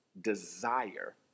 desire